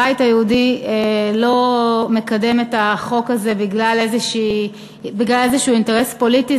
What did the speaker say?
הבית היהודי לא מקדם את החוק הזה בגלל איזשהו אינטרס פוליטי.